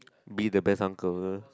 be the best uncle